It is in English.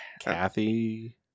kathy